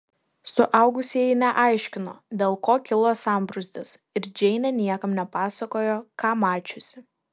suaugusieji neaiškino dėl ko kilo sambrūzdis ir džeinė niekam nepasakojo ką mačiusi